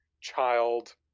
child